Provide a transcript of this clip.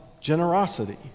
generosity